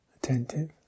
Attentive